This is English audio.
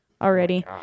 already